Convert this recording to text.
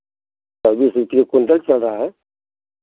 चौबीस सौ रुपये क्विंटल चल रहा है